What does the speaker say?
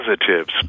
positives